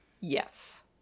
Yes